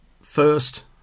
First